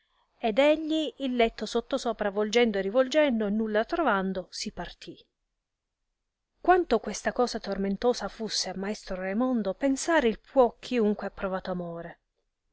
ed egli il letto sottosopra volgendo e rivolgendo e nulla trovando si partì quanto questa cosa tormentosa fusse a maestro raimondo pensare il può chiunque ha provato amore